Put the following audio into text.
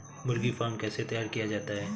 मुर्गी फार्म कैसे तैयार किया जाता है?